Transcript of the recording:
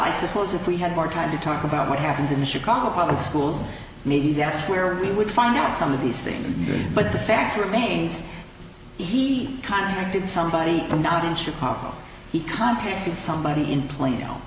i suppose if we had more time to talk about what happens in chicago public schools maybe that's where we would find out some of these things but the fact remains he contacted somebody from not in chicago he contacted somebody in plano